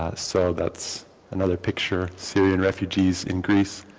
ah so that's another picture syrian refugees in greece.